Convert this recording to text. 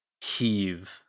heave